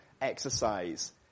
exercise